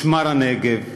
משמר-הנגב,